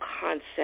concept